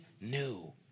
new